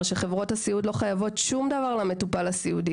חברות הסיעוד לא חייבות שום דבר למטופל הסיעודי.